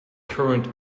current